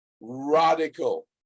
radical